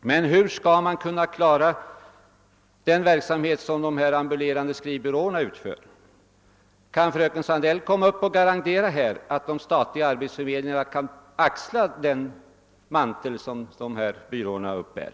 Men hur skall man kunna klara den verksamhet som de ambulerande skrivbyråerna utför? Kan fröken Sandell här garantera att de stailiga arbets förmedlingarna kan axla den mantel som dessa byråer uppbär?